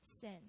sin